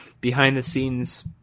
behind-the-scenes